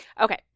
Okay